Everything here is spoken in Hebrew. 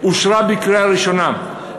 אושרה בקריאה ראשונה,